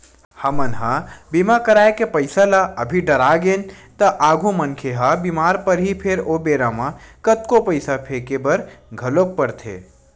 हमन ह बीमा करवाय के पईसा ल अभी डरागेन त आगु मनखे ह बीमार परही फेर ओ बेरा म कतको पईसा फेके बर घलोक परथे